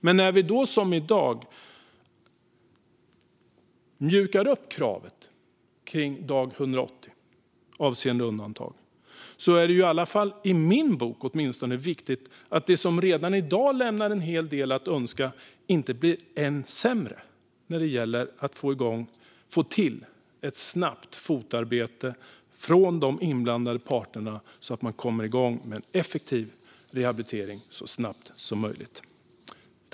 Men när vi då som i dag mjukar upp kravet vid dag 180 avseende undantag är det i alla fall i min bok åtminstone viktigt att det som redan i dag lämnar en hel del att önska inte blir än sämre när det gäller att få till ett snabbt fotarbete från de inblandade parterna, så att man kommer igång med en effektiv rehabilitering så snabbt som möjligt.